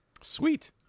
sweet